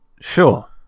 Sure